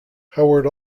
howard